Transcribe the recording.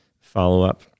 follow-up